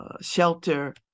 shelter